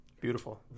Beautiful